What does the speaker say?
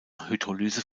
hydrolyse